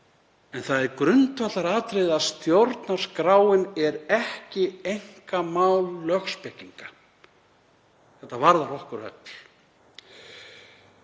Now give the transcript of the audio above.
En það er grundvallaratriði að stjórnarskráin er ekki einkamál lögspekinga. Hún varðar okkur öll.